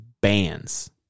bands